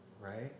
right